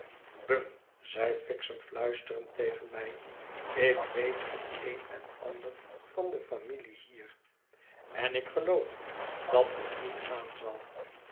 zei fixem fluisterend tegen mij ik weet het een en ander van de familie hier en ik geloof dat het niet gaan zal